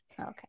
Okay